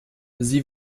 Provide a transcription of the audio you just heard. sie